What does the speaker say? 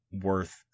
worth